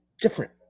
different